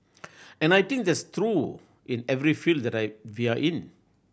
and I think that's true in every field that are we are in